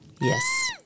Yes